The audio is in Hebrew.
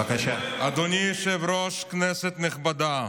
חבר הכנסת בליאק.